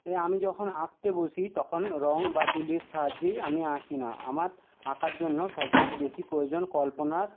এ আমি যখন আঁকতে বসি তখন রঙ বা তুলির সাহায্যেই আমি আঁকি না আমার আঁকার জন্য সবচেয়ে বেশি প্রয়োজন কল্পনার